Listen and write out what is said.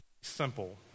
simple